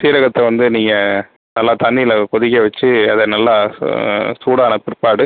சீரகத்தை வந்து நீங்கள் நல்லா தண்ணியில் கொதிக்க வெச்சி அதை நல்லா சூ சூடான பிற்பாடு